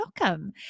welcome